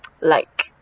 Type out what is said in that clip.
like